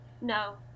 No